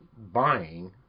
buying